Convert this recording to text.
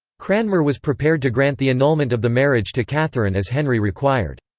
cranmer was prepared to grant the annulment of the marriage to catherine as henry required.